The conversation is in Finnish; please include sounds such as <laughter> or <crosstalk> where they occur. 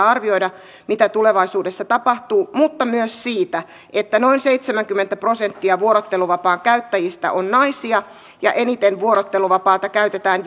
<unintelligible> arvioida mitä tulevaisuudessa tapahtuu mutta myös siitä että noin seitsemänkymmentä prosenttia vuorotteluvapaan käyttäjistä on naisia ja eniten vuorotteluvapaata käytetään <unintelligible>